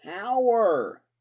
power